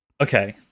Okay